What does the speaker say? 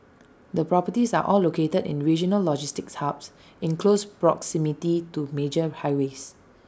the properties are all located in regional logistics hubs in close proximity to major highways